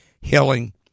healing